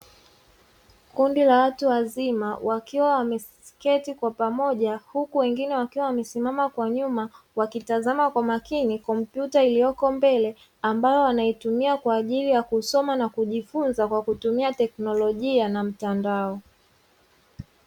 Kundi la watu wazima, wakiwa wameketi kwa pamoja, huku wengine wakiwa wamesimama kwa nyuma wakitazama kwa makini kompyuta iliyoko mbele ambayo wanaitumia kwa ajili ya kusoma na kujifunza kwa kutumia teknolojia na mtandao.